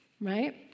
right